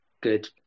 good